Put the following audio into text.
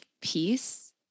peace